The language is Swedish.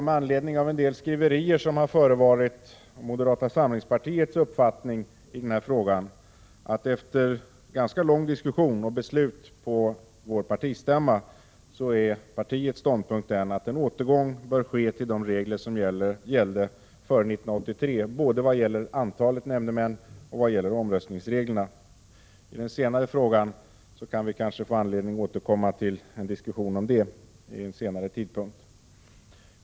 Med anledning av en del skriverier som har förevarit vill jag säga att moderata samlingspartiets ståndpunkt när det gäller denna fråga, efter ganska långa diskussioner och beslut på partistämman, är att en återgång bör ske till de regler som gällde före 1983, både i vad gäller antalet nämndemän och i vad gäller omröstningsreglerna. I den senare frågan får vi kanske anledning att återkomma vid en senare diskussion.